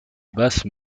basse